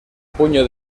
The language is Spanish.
puño